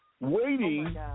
waiting